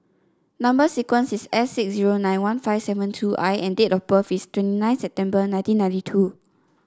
number sequence is S six zero nine one five seven two I and date of birth is twenty nine September nineteen ninety two